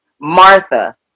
Martha